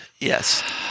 yes